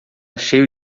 cheio